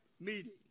meeting